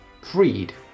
freed